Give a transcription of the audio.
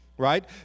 Right